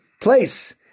place